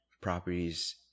properties